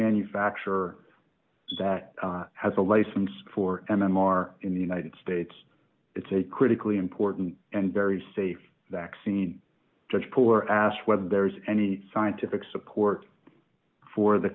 manufacturer that has a license for m m r in the united states it's a critically important and very safe vaccine judge poor asked whether there is any scientific support for the